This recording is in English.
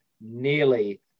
nearly